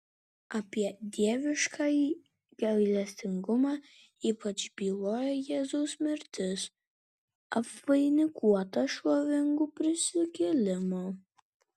apie dieviškąjį gailestingumą ypač byloja jėzaus mirtis apvainikuota šlovingu prisikėlimu